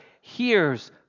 hears